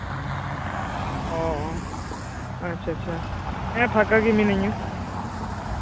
ᱚᱻ ᱟᱪᱪᱷᱟ ᱟᱪᱪᱷᱟ ᱦᱮᱸ ᱯᱷᱟᱠᱟ ᱜᱮ ᱢᱤᱱᱟᱹᱧᱟ